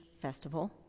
festival